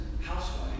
housewife